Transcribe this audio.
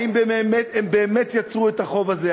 האם הם באמת יצרו את החוב הזה,